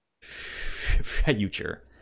future